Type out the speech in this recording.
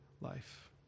life